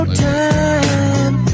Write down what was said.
time